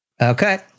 Okay